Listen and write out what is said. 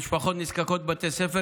ממשפחות נזקקות בבתי ספר,